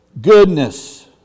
Goodness